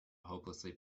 hopelessly